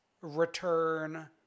return